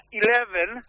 eleven